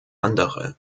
andere